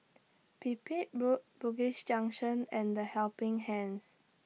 Pipit Road Bugis Junction and The Helping Hand